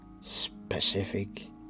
specific